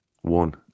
One